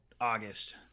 August